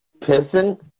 pissing